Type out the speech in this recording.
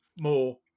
more